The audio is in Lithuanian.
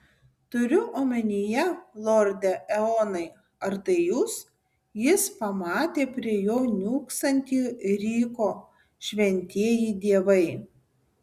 turiu omenyje lorde eonai ar tai jūs jis pamatė prie jo niūksantį ryko šventieji dievai